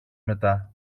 μετά